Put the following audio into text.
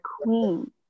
queen